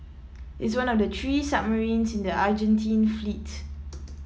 it's one of the three submarines in the Argentine fleet